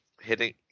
hitting